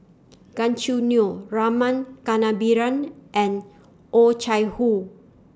Gan Choo Neo Rama Kannabiran and Oh Chai Hoo